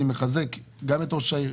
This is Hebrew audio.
אני מחזק גם את ראש העירייה,